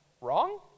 wrong